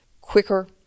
quicker